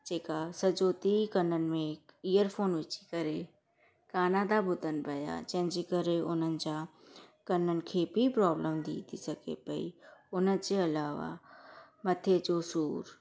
जेका सॼो ॾींहुं कननि में इयरफ़ोन विझी करे गाना था ॿुधनि पिया जंहिंजे करे उन्हनि जा कननि खे बि प्रोब्लम थी थी सघे पई उन जे अलावा मथे जो सूरु